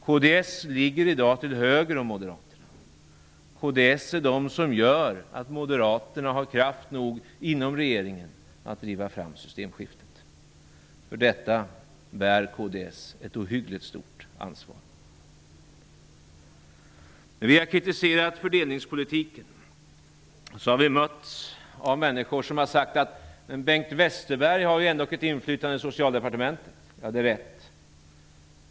Kds ligger i dag till höger om Moderaterna. Kds är det parti som gör att Moderaterna inom regeringen har kraft nog att driva fram systemskiftet. För detta bär kds ett ohyggligt stort ansvar. När vi har kritiserat fördelningspolitiken har vi mötts av människor som har sagt att Bengt Westerberg ju ändå har ett inflytande i Socialdepartementet. Ja, det är rätt.